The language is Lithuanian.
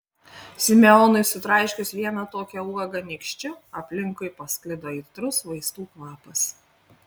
simeonui sutraiškius vieną tokią uogą nykščiu aplinkui pasklido aitrus vaistų kvapas